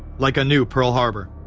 like a new pearl harbor.